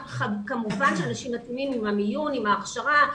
כמובן שאנשים מתאימים עם המיון ועם ההכשרה.